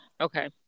Okay